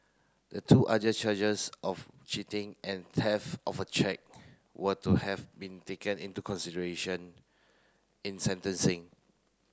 the two other charges of cheating and theft of a cheque were to have been taken into consideration in sentencing